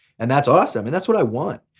and that's awesome and that's what i want.